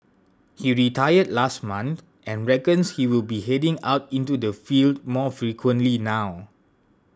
he retired last month and reckons he will be heading out into the field more frequently now